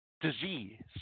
disease